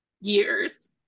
years